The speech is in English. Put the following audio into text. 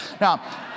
Now